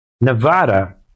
Nevada